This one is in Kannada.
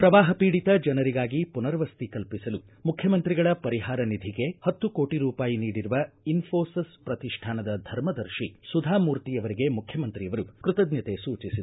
ಪ್ರವಾಹ ಪೀಡಿತ ಜನರಿಗಾಗಿ ಪುನರ್ವಸತಿ ಕಲ್ಪಿಸಲು ಮುಖ್ಯಮಂತ್ರಿಗಳ ಪರಿಹಾರ ನಿಧಿಗೆ ಹತ್ತು ಕೋಟಿ ರೂಪಾಯಿ ನೀಡಿರುವ ಇನ್ನೋಷಿಸ್ ಪ್ರತಿಷ್ಣಾನದ ಧರ್ಮದರ್ತಿ ಸುಧಾಮೂರ್ತಿ ಅವರಿಗೆ ಮುಖ್ಯಮಂತ್ರಿಯವರು ಕೃತಜ್ಞತೆ ಸೂಚಿಸಿದರು